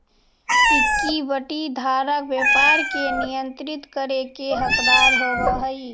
equity धारक व्यापार के नियंत्रित करे के हकदार होवऽ हइ